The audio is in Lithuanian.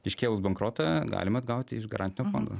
iškėlus bankrotą galima atgauti iš garantinio fondo